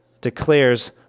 declares